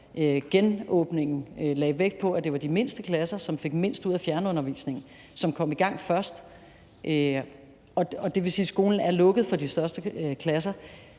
genåbningen lagde vægt på, at det var de mindste klasser, som fik mindst ud af fjernundervisningen, som kom i gang først. Og det vil sige, at skolen er lukket for de største klasser.